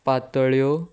पातोळ्यो